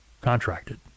contracted